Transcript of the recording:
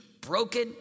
broken